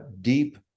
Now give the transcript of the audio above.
deep